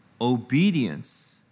Obedience